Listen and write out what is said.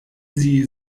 sie